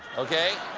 okay.